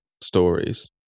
stories